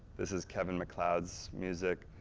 this is kevin mcleod's music.